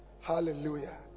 Hallelujah